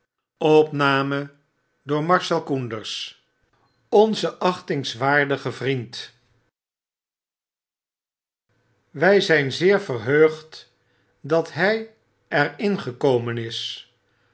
onze achtingswaardige vriend wy zijn zeer verheugd dat hy er in gekomen is